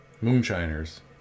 moonshiners